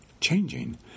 changing